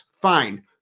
Fine